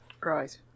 Right